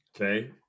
okay